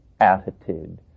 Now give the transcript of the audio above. attitude